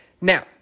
Now